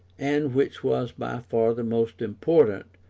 and which was by far the most important,